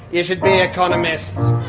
you should be economists.